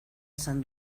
esan